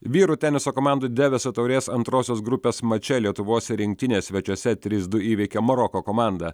vyrų teniso komandų deviso taurės antrosios grupės mače lietuvos rinktinė svečiuose trys du įveikė maroko komandą